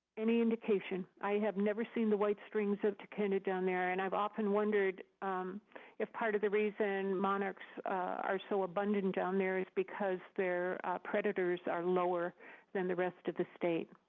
any indication. i have never seen the white strings of tachinid kind of down there. and i've often wondered if part of the reason monarchs are so abundant down there is because their predators are lower than the rest of the state.